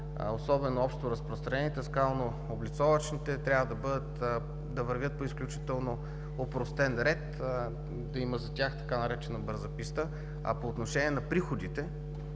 особено общоразпространените и скалнооблицовъчните трябва да вървят по изключително опростен ред, да има за тях така наречената „бърза писта“. А по отношение на приходите,